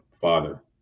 Father